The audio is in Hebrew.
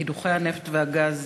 קידוחי הנפט והגז